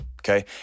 okay